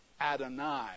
Adonai